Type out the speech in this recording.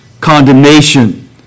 condemnation